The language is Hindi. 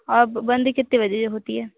और बंद कितने बजे होती है